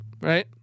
right